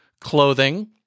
clothing